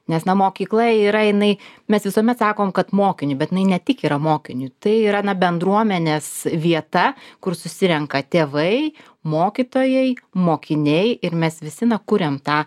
nes na mokykla yra jinai mes visuomet sakom kad mokiniui bet jinai ne tik yra mokiniui tai yra na bendruomenės vieta kur susirenka tėvai mokytojai mokiniai ir mes visi na kuriam tą